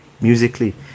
Musically